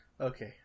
Okay